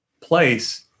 place